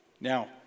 Now